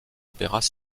opéras